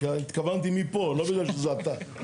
כי התכוונתי מפה, לא בגלל שזה אתה.